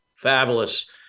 Fabulous